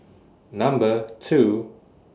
Number two